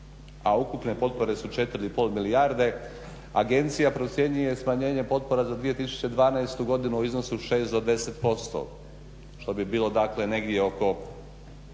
a ukupne potpore su 4,5 milijarde. Agencija procjenjuje smanjenje potpora za 2012.godinu u iznosu od 6 do 10% što bi bilo negdje oko